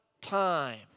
time